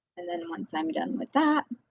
and then once i'm done with that,